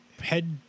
head